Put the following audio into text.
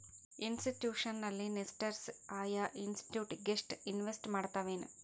Institutional investors ಆಯಾ institute ಗಷ್ಟ invest ಮಾಡ್ತಾವೆನ್?